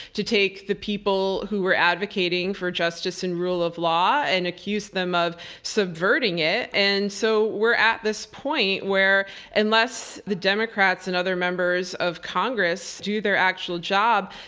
to take the people who were advocating for justice and rule of law and accuse them of subverting it. and so we're at this point where unless the democrats and other members of congress do their actual job,